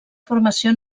formació